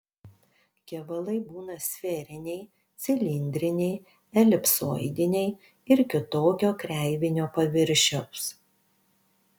kevalai būna sferiniai cilindriniai elipsoidiniai ir kitokio kreivinio paviršiaus